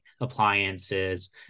appliances